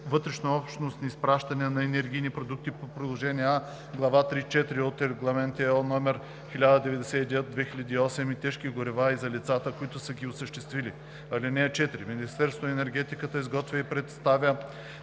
вътрешнообщностни изпращания на енергийни продукти по приложение А, глава 3.4 от Регламент (ЕО) № 1099/2008 и тежки горива и за лицата, които са ги осъществили. (4) Министерството на енергетиката изготвя и представя